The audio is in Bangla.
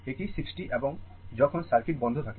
এটি 60 এবং যখন সার্কিট বন্ধ থাকে এটা আসলে 0 t